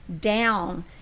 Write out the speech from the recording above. down